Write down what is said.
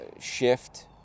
shift